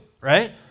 right